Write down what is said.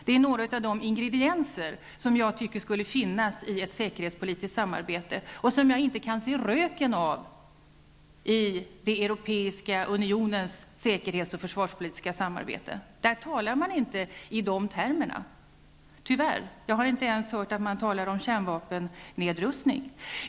Det är några av de ingredienser som jag tycker skulle finnas i ett säkerhetspolitiskt samarbete och som jag inte kan se röken av i den Europeiska unionens säkerhets och försvarspolitiska samarbete. Där talar man tyvärr inte i de termerna. Jag har inte ens hört att man talar om kärnvapennedrustning.